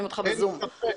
בשטח.